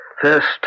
First